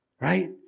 Right